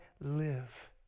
live